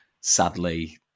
sadly